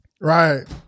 Right